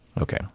Okay